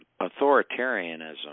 authoritarianism